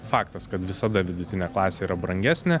faktas kad visada vidutinė klasė yra brangesnė